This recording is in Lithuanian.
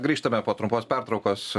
grįžtame po trumpos pertraukos